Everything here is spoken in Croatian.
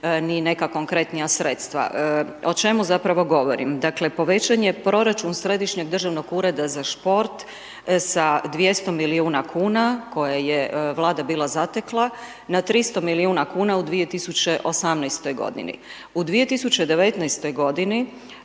ni neka konkretnija sredstva. O čemu zapravo govorim? Dakle, povećanje proračun središnjeg državnog ureda za šport, sa 200 milijuna kn, koje je vlada bila zatekla na 300 milijuna kuna u 2018. g. U 2019. g.